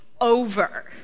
over